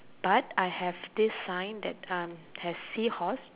but I have this sign that um has seahorse